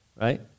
right